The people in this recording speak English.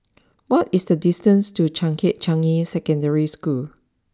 what is the distance to Changkat Changi Secondary School